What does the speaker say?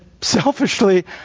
selfishly